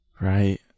right